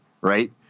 right